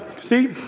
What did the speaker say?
see